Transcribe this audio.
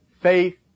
Faith